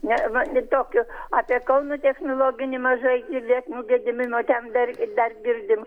ne va nė tokio apie kauno technologinį mažai girdėt nu gedimino ten dar dar girdim